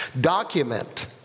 document